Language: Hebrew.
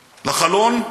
מהחלון,